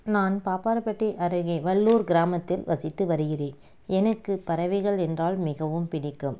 நான் பாப்பார பேட்டை அருகே வல்லூர் கிராமத்தில் வசித்து வருகிறேன் எனக்கு பறவைகள் என்றால் மிகவும் பிடிக்கும்